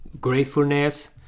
Gratefulness